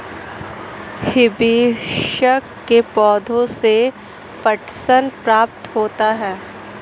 hibiscus के पौधे से पटसन प्राप्त होता है